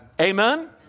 Amen